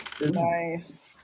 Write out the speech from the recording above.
Nice